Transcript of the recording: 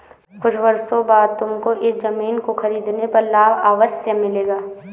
कुछ वर्षों बाद तुमको इस ज़मीन को खरीदने पर लाभ अवश्य मिलेगा